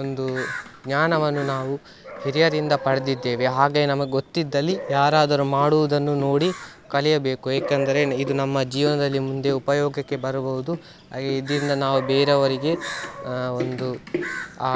ಒಂದು ಜ್ಞಾನವನ್ನು ನಾವು ಹಿರಿಯರಿಂದ ಪಡೆದಿದ್ದೇವೆ ಹಾಗೆಯೇ ನಮಗೆ ಗೊತ್ತಿದ್ದಲ್ಲಿ ಯಾರಾದರೂ ಮಾಡುವುದನ್ನು ನೋಡಿ ಕಲಿಯಬೇಕು ಏಕೆಂದರೆ ಇದು ನಮ್ಮ ಜೀವನದಲ್ಲಿ ಮುಂದೆ ಉಪಯೋಗಕ್ಕೆ ಬರಬಹ್ದು ಇದರಿಂದ ನಾವು ಬೇರೆಯವರಿಗೆ ಒಂದು ಆ